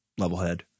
Levelhead